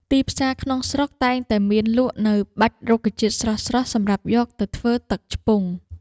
ទីផ្សារក្នុងស្រុកតែងតែមានលក់នូវបាច់រុក្ខជាតិស្រស់ៗសម្រាប់យកទៅធ្វើទឹកឆ្ពង់។